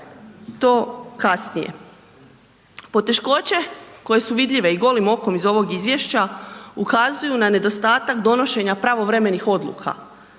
to kasnije. Poteškoće koje su vidljive i golim okom iz ovog izvješća ukazuju na nedostatak donošenja pravovremenih odluka.